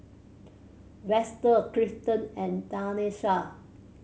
Vester Clifton and Tanesha